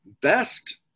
best